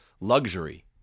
luxury